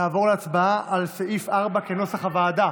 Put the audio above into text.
נעבור להצבעה על סעיף 4 כנוסח הוועדה.